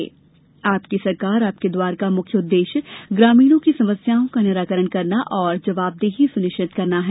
आपकी सरकार आपके द्वार का मुख्य उद्देश्य ग्रामीणों की समस्याओं का निराकरण करना और जवाबदेही सुनिश्चित करना है